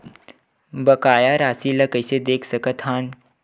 बकाया राशि ला कइसे देख सकत हान?